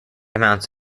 amounts